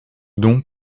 donc